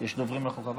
יוסף עטאונה,